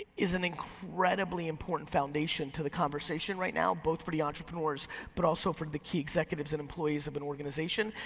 is an incredibly important foundation to the conversation right now, both for the entrepreneurs but also for the key executives and employees of an organization,